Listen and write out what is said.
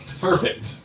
Perfect